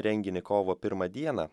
renginį kovo pirmą dieną